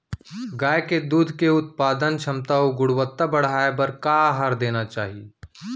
गाय के दूध के उत्पादन क्षमता अऊ गुणवत्ता बढ़ाये बर का आहार देना चाही?